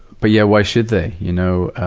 but yeah, why should they? you know,